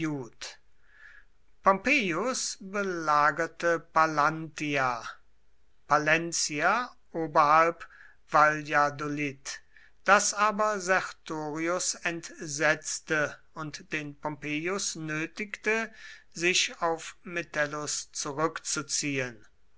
belagerte pallantia palencia oberhalb valladolid das aber sertorius entsetzte und den pompeius nötigte sich auf metellus zurückzuziehen